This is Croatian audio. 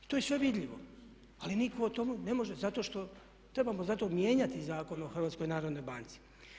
I to je sve vidljivo ali nitko o tome ne može zato što, trebamo zato mijenjati Zakon o HNB-u.